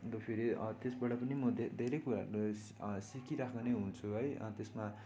अन्त फेरि त्यसबाट पनि म धे धेरै कुराहरू सिकिरहेको नै हुन्छु है त्यसमा